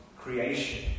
creation